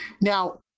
Now